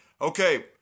Okay